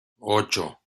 ocho